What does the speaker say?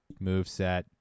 moveset